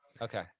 Okay